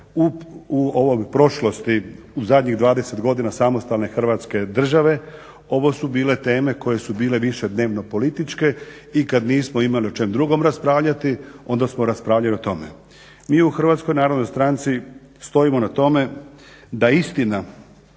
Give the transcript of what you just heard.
u prošlosti u zadnjih 20 godina samostalne Hrvatske države ovo su bile teme koje su bile više dnevnopolitičke i kada nismo imali o čemu drugom raspravljati onda smo raspravljali o tome. Mi u HNS-u stojimo na tome da istina